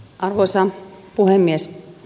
arvoisa puhemies